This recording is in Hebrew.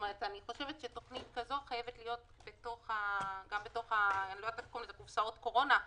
אני חושבת שתוכנית כזו חייבת להיות בתוך קופסת הקורונה,